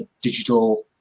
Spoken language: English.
digital